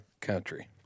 country